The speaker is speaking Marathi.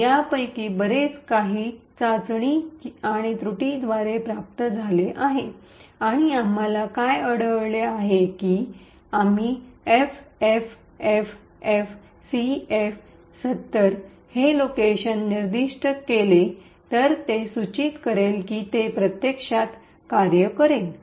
तर यापैकी बरेच काही चाचणी आणि त्रुटींद्वारे प्राप्त झाले आहे आणि आम्हाला काय आढळले आहे की जर आम्ही एफएफएफएफसीएफ७० हे लोकेशन निर्दिष्ट केले तर ते सूचित करेल की ते प्रत्यक्षात कार्य करेल